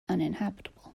uninhabitable